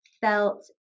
felt